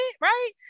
right